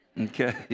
Okay